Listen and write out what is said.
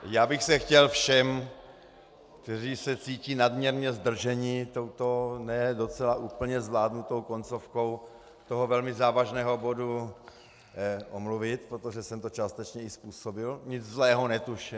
Já bych se chtěl všem, kteří se cítí nadměrně zdrženi touto ne docela úplně zvládnutou koncovkou velmi závažného bodu, omluvit, protože jsem to částečně i způsobil, nic zlého netuše.